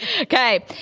Okay